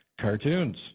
cartoons